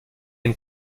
une